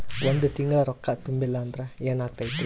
ಒಂದ ತಿಂಗಳ ರೊಕ್ಕ ತುಂಬಿಲ್ಲ ಅಂದ್ರ ಎನಾಗತೈತ್ರಿ?